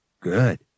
Good